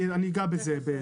אני אגע בזה.